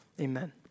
Amen